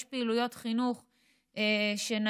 יש פעילויות חינוך שנעשות,